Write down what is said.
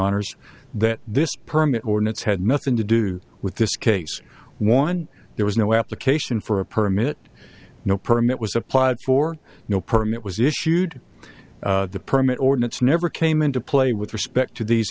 ers that this permit ordinance had nothing to do with this case one there was no application for a permit no permit was applied for no permit was issued the permit ordinance never came into play with respect to these